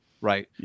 right